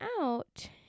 out